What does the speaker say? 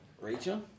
Rachel